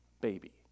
baby